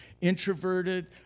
introverted